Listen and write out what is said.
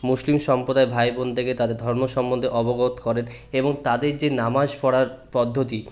মুসলিম সম্প্রদায়ের ভাই বোনদেরকে তাদের ধর্ম সম্বন্ধে অবগত করেন এবং তাদের যে নামাজ পড়ার পদ্ধতি